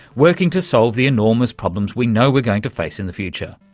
working to solve the enormous problems we know we're going to face in the future.